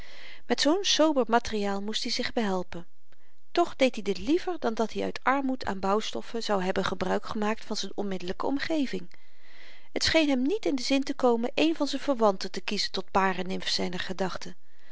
met zoo'n sober materiaal moest i zich behelpen toch deed i dit liever dan dat-i uit armoed aan bouwstoffen zou hebben gebruik gemaakt van z'n onmiddellyke omgeving het scheen hem niet in den zin te komen een van z'n verwanten te kiezen tot paranimf zyner